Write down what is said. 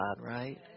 right